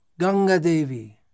Gangadevi